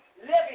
living